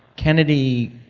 kennedy,